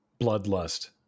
bloodlust